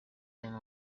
them